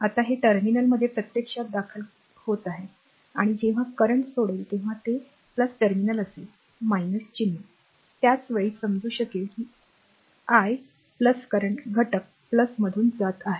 आता हे टर्मिनलमध्ये प्रत्यक्षात दाखल होत आहे आणि जेव्हा करंट सोडेल तेव्हा ते टर्मिनल असेल चिन्ह त्याच वेळी समजू शकेल की i करंट घटक मधून जात आहे